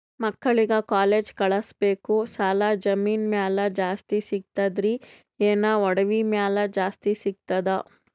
ಮಕ್ಕಳಿಗ ಕಾಲೇಜ್ ಕಳಸಬೇಕು, ಸಾಲ ಜಮೀನ ಮ್ಯಾಲ ಜಾಸ್ತಿ ಸಿಗ್ತದ್ರಿ, ಏನ ಒಡವಿ ಮ್ಯಾಲ ಜಾಸ್ತಿ ಸಿಗತದ?